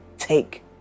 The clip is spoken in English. Take